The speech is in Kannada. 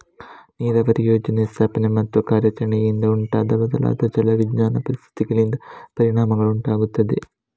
ನೀರಾವರಿ ಯೋಜನೆಯ ಸ್ಥಾಪನೆ ಮತ್ತು ಕಾರ್ಯಾಚರಣೆಯಿಂದ ಉಂಟಾದ ಬದಲಾದ ಜಲ ವಿಜ್ಞಾನದ ಪರಿಸ್ಥಿತಿಗಳಿಂದ ಪರಿಣಾಮಗಳು ಉಂಟಾಗುತ್ತವೆ